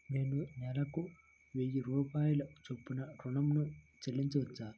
నేను నెలకు వెయ్యి రూపాయల చొప్పున ఋణం ను చెల్లించవచ్చా?